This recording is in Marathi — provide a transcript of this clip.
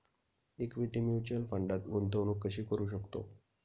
इक्विटी म्युच्युअल फंडात गुंतवणूक कशी करू शकतो?